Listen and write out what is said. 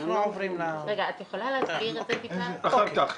אחר כך.